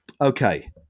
Okay